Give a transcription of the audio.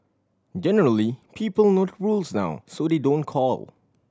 generally people know the rules now so they don't call